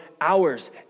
hours